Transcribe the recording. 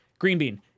Greenbean